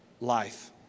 life